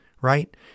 Right